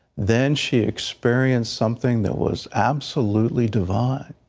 then she experienced something that was absolutely divine.